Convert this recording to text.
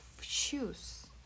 shoes